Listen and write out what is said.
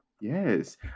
Yes